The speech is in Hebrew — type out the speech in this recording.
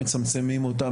מצמצמים אותה,